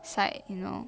side you know